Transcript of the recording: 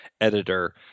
editor